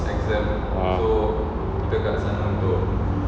orh